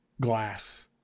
glass